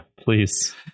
please